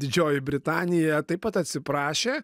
didžioji britanija taip pat atsiprašė